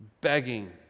Begging